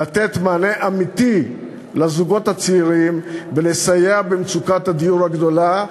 לתת מענה אמיתי לזוגות הצעירים ולסייע במצוקת הדיור הגדולה,